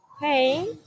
Hey